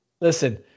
Listen